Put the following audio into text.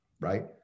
Right